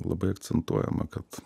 labai akcentuojama kad